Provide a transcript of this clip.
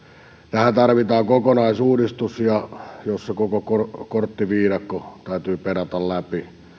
tähän tarvitaan kokonaisuudistus jossa koko korttiviidakko täytyy perata läpi